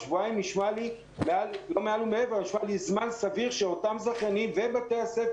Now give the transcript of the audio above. שבועיים זה נשמע לי זמן סביר לאותם זכיינים ובתי-הספר.